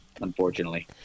unfortunately